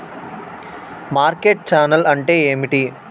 Market channel అంటే ఏమిటి?